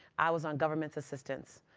i was on government assistance.